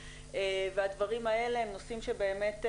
התמלול והדברים האלה הם נושאים שבאמת,